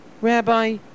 Rabbi